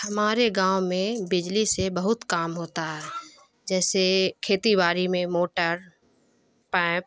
ہمارے گاؤں میں بجلی سے بہت کام ہوتا ہے جیسے کھیتی باری میں موٹر پائپ